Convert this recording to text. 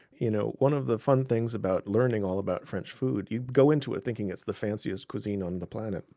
you know one of the fun things about learning all about french food, you go into it thinking it's the fanciest cuisine on the planet,